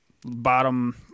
bottom